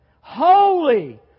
holy